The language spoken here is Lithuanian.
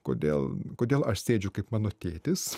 kodėl kodėl aš sėdžiu kaip mano tėtis